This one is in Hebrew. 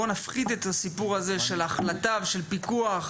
בואו נפחית את הסיפור הזה של החלטה ושל פיקוח,